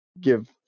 give